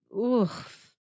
Oof